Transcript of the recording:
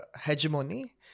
hegemony